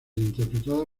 interpretada